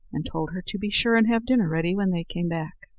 and told her to be sure and have dinner ready when they came back.